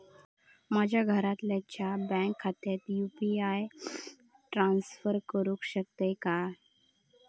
माझ्या घरातल्याच्या बँक खात्यात यू.पी.आय ट्रान्स्फर करुक शकतय काय?